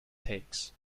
takes